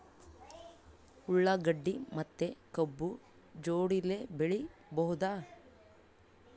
ಉಳ್ಳಾಗಡ್ಡಿ ಮತ್ತೆ ಕಬ್ಬು ಜೋಡಿಲೆ ಬೆಳಿ ಬಹುದಾ?